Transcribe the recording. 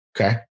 okay